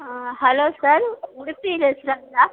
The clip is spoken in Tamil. hello sir Udupi ரெண்டாரெண்ட்டா